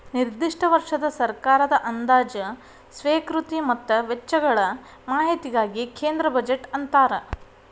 ನಿರ್ದಿಷ್ಟ ವರ್ಷದ ಸರ್ಕಾರದ ಅಂದಾಜ ಸ್ವೇಕೃತಿ ಮತ್ತ ವೆಚ್ಚಗಳ ಮಾಹಿತಿಗಿ ಕೇಂದ್ರ ಬಜೆಟ್ ಅಂತಾರ